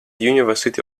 university